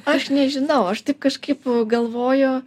aš nežinau aš taip kažkaip galvoju